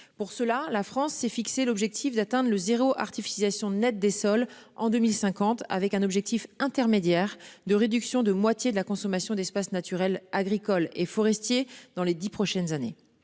pour cela, la France s'est fixé l'objectif d'atteindre le zéro artificialisation nette des sols en 2050 avec un objectif intermédiaire de réduction de moitié de la consommation d'espaces naturels agricoles et forestiers dans les 10 prochaines années.